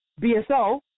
BSO